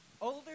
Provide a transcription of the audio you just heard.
Older